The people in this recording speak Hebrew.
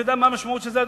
אתה יודע מה המשמעות של זה,